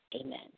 amen